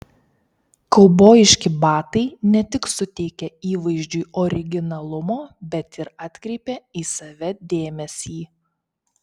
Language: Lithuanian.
kaubojiški batai ne tik suteikia įvaizdžiui originalumo bet ir atkreipia į save dėmesį